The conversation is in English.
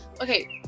Okay